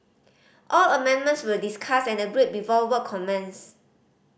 all amendments were discussed and agreed before work commenced